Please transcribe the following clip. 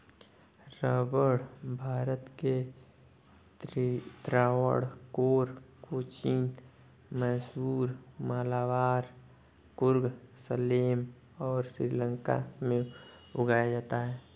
रबड़ भारत के त्रावणकोर, कोचीन, मैसूर, मलाबार, कुर्ग, सलेम और श्रीलंका में उगाया जाता है